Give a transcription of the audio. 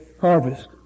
harvest